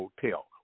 Hotel